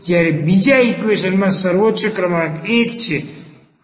જ્યારે બીજા ઈક્વેશન માં સર્વોચ્ચ ક્રમાંક 1 છે